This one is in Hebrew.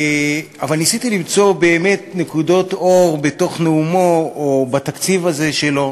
אבל ניסיתי למצוא באמת נקודות אור בתוך נאומו או בתקציב הזה שלו.